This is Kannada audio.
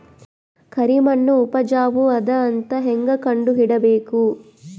ಕರಿಮಣ್ಣು ಉಪಜಾವು ಅದ ಅಂತ ಹೇಂಗ ಕಂಡುಹಿಡಿಬೇಕು?